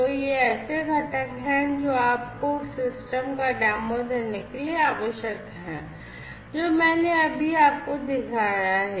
तो ये ऐसे घटक हैं जो आपको उस सिस्टम का डेमो देने के लिए आवश्यक हैं जो मैंने अभी आपको दिखाया है